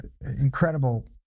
incredible